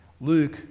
Luke